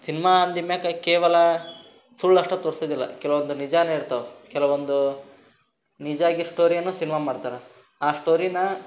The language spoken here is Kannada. ಸಿನ್ಮಾ ಅಂದಮ್ಯಾಕ ಕೇವಲ ಸುಳ್ಳು ಅಷ್ಟೇ ತೊರಿಸೋದಿಲ್ಲ ಕೆಲವೊಂದು ನಿಜಾನೂ ಇರ್ತವೆ ಕೆಲವೊಂದು ನಿಜ ಆಗಿದ್ದ ಸ್ಟೋರಿಯನ್ನು ಸಿನ್ಮಾ ಮಾಡ್ತಾರೆ ಆ ಸ್ಟೋರಿನ